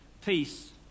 peace